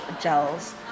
gels